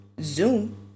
Zoom